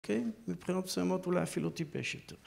מבחינות מסוימת אולי אפילו טיפש יותר